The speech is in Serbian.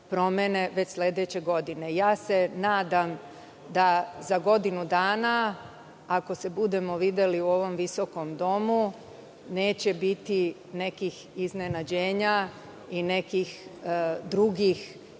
već sledeće godine. Ja se nadam da za godinu dana, ako se budemo videli u ovom visokom domu, neće biti nekih iznenađenja i nekih drugih